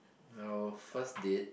our first date